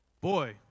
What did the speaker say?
Boy